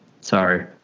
Sorry